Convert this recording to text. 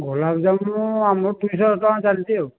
ଗୋଲାପଜାମୁନ୍ ଆମର ତିନିଶହ ଟଙ୍କା ଚାଲିଛି ଆଉ